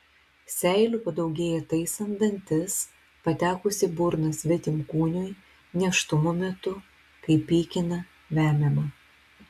seilių padaugėja taisant dantis patekus į burną svetimkūniui nėštumo metu kai pykina vemiama